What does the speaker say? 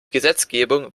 gesetzgebung